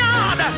God